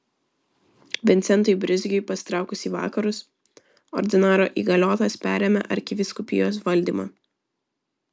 vincentui brizgiui pasitraukus į vakarus ordinaro įgaliotas perėmė arkivyskupijos valdymą